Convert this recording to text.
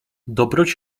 dobroć